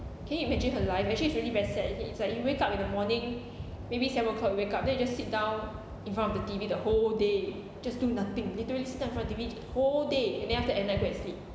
can you imagine her life actually it's really very sad okay it's like you wake up in the morning maybe seven o'clock wake up then you just sit down in front of the T_V the whole day just do nothing literally stare in front of T_V whole day and then after at night go and sleep